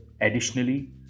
additionally